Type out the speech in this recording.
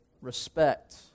respect